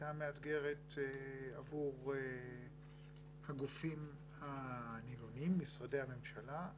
הייתה מאתגרת עבור הגופים הנילונים, משרדי הממשלה,